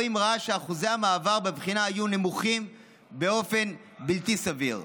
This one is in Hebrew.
או אם ראה שאחוזי המעבר בבחינה היו נמוכים באופן בלתי סביר.